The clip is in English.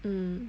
mmhmm